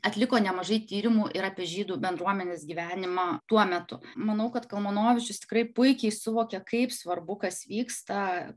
atliko nemažai tyrimų ir apie žydų bendruomenės gyvenimą tuo metu manau kad kalmanovičius tikrai puikiai suvokė kaip svarbu kas vyksta